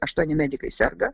aštuoni medikai serga